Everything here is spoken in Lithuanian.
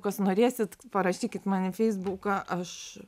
kas norėsit parašykit man į feisbuką aš